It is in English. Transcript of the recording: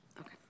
Okay